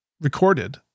recorded